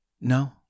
No